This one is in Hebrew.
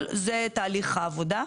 בגדול, זה תהליך העבודה.